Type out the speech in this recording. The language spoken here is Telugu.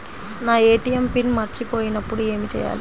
నా ఏ.టీ.ఎం పిన్ మర్చిపోయినప్పుడు ఏమి చేయాలి?